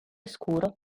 scuro